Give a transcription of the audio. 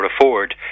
afford